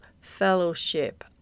fellowship